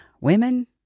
Women